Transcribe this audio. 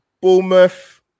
Bournemouth